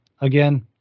again